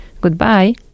Goodbye